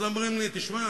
אז אומרים לי: תשמע,